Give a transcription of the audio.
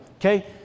okay